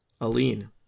Aline